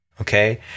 okay